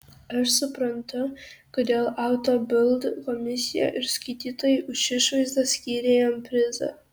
aš suprantu kodėl auto bild komisija ir skaitytojai už išvaizdą skyrė jam prizą